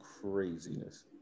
craziness